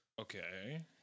okay